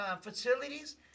facilities